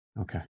Okay